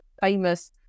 famous